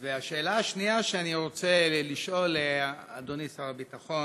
2. אדוני שר הביטחון,